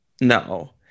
no